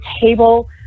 table